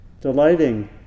delighting